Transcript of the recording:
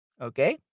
Okay